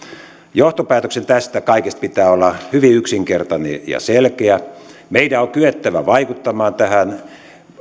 johtopäätöksen tästä kaikesta pitää olla hyvin yksinkertainen ja selkeä meidän on kyettävä vaikuttamaan